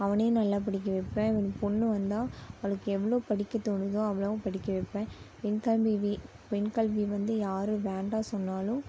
அவனையும் நல்லா படிக்க வைப்பேன் பொண்ணு வந்தால் அவளுக்கு எவ்வளோ படிக்க தோணுதோ அவ்வளவும் படிக்க வைப்பேன் பெண்கல்வி வே பெண்கல்வி வந்து யாரும் வேண்டாம் சொன்னாலும்